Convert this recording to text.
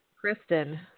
Kristen